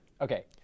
Okay